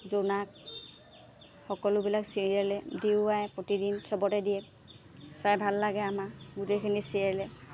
জোনাক সকলোবিলাক চিৰিয়েলে ডি ৱাই প্ৰতিদিন চবতে দিয়ে চাই ভাল লাগে আমাৰ গোটেইখিনি চিৰিয়েলে